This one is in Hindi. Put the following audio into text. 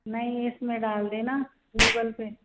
नहीं इसमें डाल देना गूगल पे